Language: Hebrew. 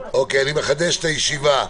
צוהריים טובים, אני מחדש את הישיבה בנושא: